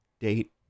date